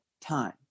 time